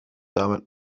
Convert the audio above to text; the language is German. damit